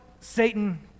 Satan